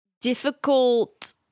difficult